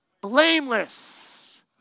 Blameless